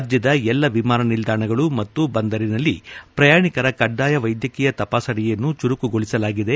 ರಾಜ್ಯದ ಎಲ್ಲಾ ವಿಮಾನ ನಿಲ್ದಾಣಗಳು ಮತ್ತು ಬಂದರಿನಲ್ಲಿ ಪ್ರಯಾಣಿಕರ ಕಡ್ಡಾಯ ವ್ಯದ್ಯಕೀಯ ತಪಾಸಣೆಯನ್ನು ಚುರುಕುಗೊಳಿಸಲಾಗಿದೆ